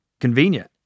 convenient